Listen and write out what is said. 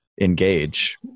engage